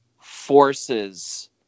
forces